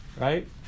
right